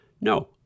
no